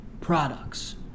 products